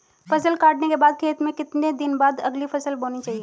फसल काटने के बाद खेत में कितने दिन बाद अगली फसल बोनी चाहिये?